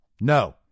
No